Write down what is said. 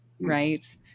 Right